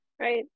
Right